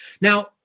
Now